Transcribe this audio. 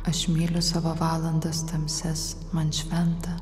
aš myliu savo valandas tamsias man šventa